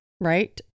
right